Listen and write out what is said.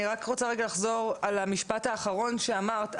אני רק רוצה רגע לחזור על המשפט האחרון שאמרת,